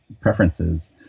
preferences